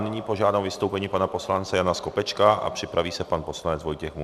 Nyní požádám o vystoupení pana poslance Jana Skopečka a připraví se pan poslanec Vojtěch Munzar.